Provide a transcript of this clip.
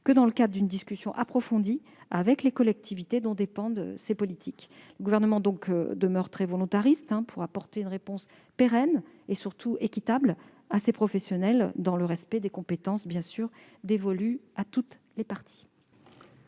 que dans le cadre d'une discussion approfondie avec les collectivités dont dépendent ces politiques. Le Gouvernement fait preuve de volontarisme pour apporter une réponse pérenne et surtout équitable à ces professionnels, dans le respect des compétences dévolues à toutes les parties.